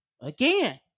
again